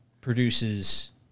produces